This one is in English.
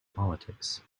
politics